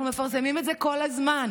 אנחנו מפרסמים את זה כל הזמן.